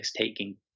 taking